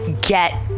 get